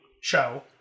show